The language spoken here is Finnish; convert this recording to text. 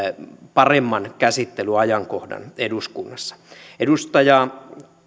paremman käsittelyajankohdan eduskunnassa edustaja